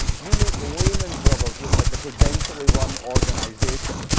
you make lehman brothers look like a prudentially run organization.